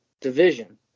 division